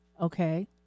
Okay